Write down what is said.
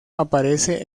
aparece